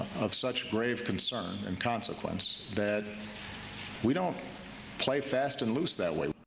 of such grave concern and consequence, that we don't play fast and loose that way.